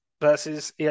versus